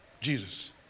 Jesus